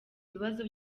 ibibazo